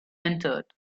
entered